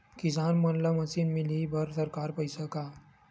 किसान मन ला मशीन मिलही बर सरकार पईसा का?